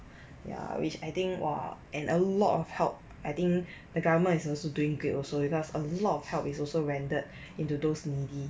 ya which I think !wah! and a lot of help I think the government is also doing great also because a lot of help is also rendered into those needy